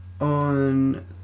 on